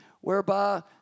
whereby